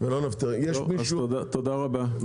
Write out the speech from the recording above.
טוב, אז תודה רבה.